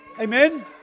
Amen